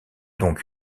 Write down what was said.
donc